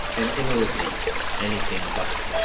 and inwardly anything but